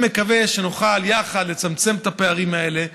אני מקווה שנוכל יחד לצמצם את הפערים האלה,